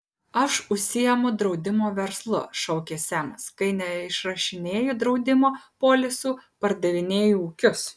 aš užsiimu draudimo verslu šaukė semas kai neišrašinėju draudimo polisų pardavinėju ūkius